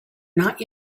not